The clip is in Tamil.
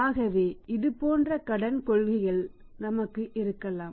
ஆகவே இது போன்ற கடன் கொள்கைகள் நமக்கு இருக்கலாம்